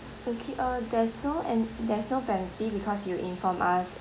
okay uh there's no and there's no penalty because you inform us